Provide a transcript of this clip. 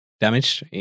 damaged